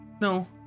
No